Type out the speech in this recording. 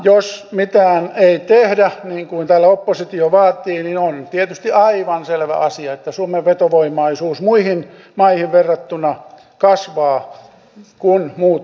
jos mitään ei tehdä niin kuin täällä oppositio vaatii niin on tietysti aivan selvä asia että suomen vetovoimaisuus muihin maihin verrattuna kasvaa kun muut menettelevät näin kiristämällä